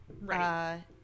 right